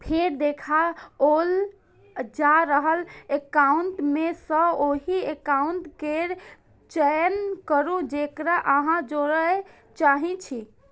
फेर देखाओल जा रहल एकाउंट मे सं ओहि एकाउंट केर चयन करू, जेकरा अहां जोड़य चाहै छी